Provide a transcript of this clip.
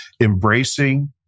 Embracing